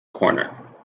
corner